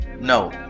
No